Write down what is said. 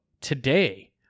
today